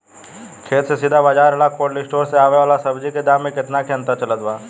खेत से सीधा बाज़ार आ कोल्ड स्टोर से आवे वाला सब्जी के दाम में केतना के अंतर चलत बा?